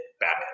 Batman